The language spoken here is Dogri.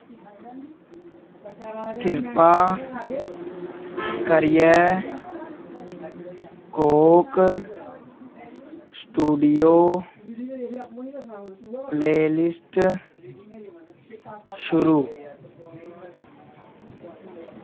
किरपा करियै कोक स्टूडियो प्लेलिस्ट शुरू